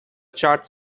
chart